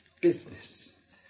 business